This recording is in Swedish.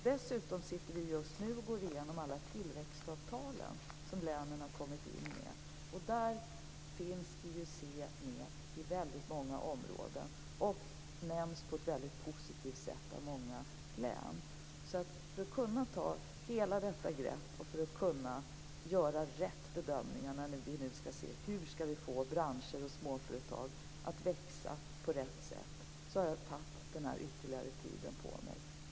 Dessutom går vi just nu igenom alla tillväxtavtal som länen har kommit in med. Där finns IUC med i väldigt många områden och nämns på ett mycket positivt sätt av många län. För att kunna ta hela detta grepp och för att kunna göra rätt bedömningar, när vi nu skall se hur vi skall få branscher och småföretag att växa på rätt sätt, har jag tagit ytterligare tid på mig.